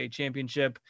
championship